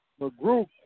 McGrew